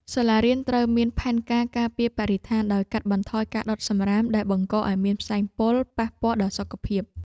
សាលារៀនត្រូវមានផែនការការពារបរិស្ថានដោយកាត់បន្ថយការដុតសំរាមដែលបង្កឱ្យមានផ្សែងពុលប៉ះពាល់ដល់សុខភាព។